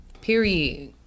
Period